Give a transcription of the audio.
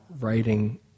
writing